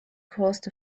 caused